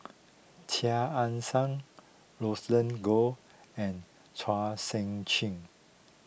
Chia Ann Siang Roland Goh and Chua Sian Chin